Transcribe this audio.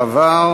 סמכויות הוועדה,